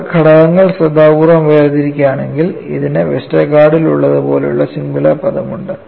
നമ്മൾ ഘടകങ്ങൾ ശ്രദ്ധാപൂർവ്വം വേർതിരിക്കുകയാണെങ്കിൽ ഇതിന് വെസ്റ്റർഗാർഡിലുള്ളത് പോലെയുള്ള സിംഗുലാർ പദം ഉണ്ട്